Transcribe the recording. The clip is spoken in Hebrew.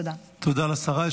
תודה לשרה.